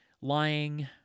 lying